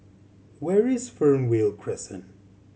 where is Fernvale Crescent